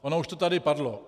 Ono už to tady padlo.